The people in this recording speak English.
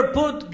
put